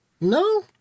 No